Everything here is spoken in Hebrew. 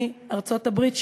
מארצות-הברית,